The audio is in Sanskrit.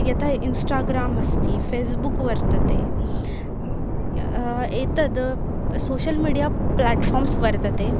यथा इन्स्टाग्राम् अस्ति फ़ेस्बुक् वर्तते एतद् सोशियल् मीडिया प्लाट्फ़ार्म्स् वर्तन्ते